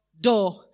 door